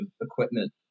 equipment